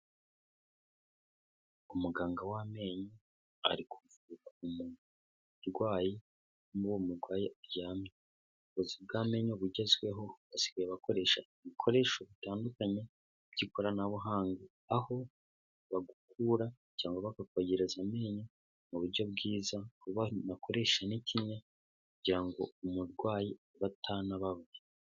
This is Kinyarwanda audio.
Umuganga w'amenyo, ari kuvura kumurwayi, aho uwo murwayi aryamye. Ubuvuzi bw'amenyo bugezweho, basigaye bakoresha ibikoresho bitandukanye by'ikoranabuhanga, aho bagukura cyangwa bakakogereza amenyo mu buryo bwiza, aho bakoresha n'ikinya, kugira ngo umurwayi abe atanababara.